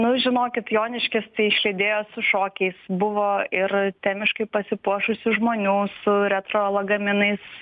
nu žinokit joniškis tai išlydėjo su šokiais buvo ir temiškai pasipuošusių žmonių su retro lagaminais